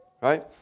right